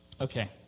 Okay